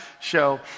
show